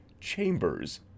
chambers